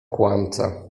kłamca